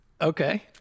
Okay